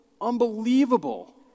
unbelievable